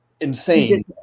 insane